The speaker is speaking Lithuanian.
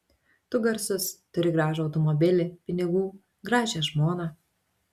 tu garsus turi gražų automobilį pinigų gražią žmoną